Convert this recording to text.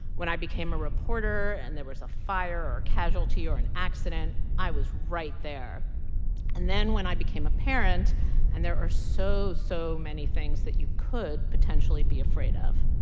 when i became a reporter and there was a fire or a casualty or an accident, i was right there and then when i became a parent and there are so, so many things that you could potentially be afraid of